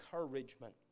encouragement